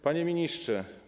Panie Ministrze!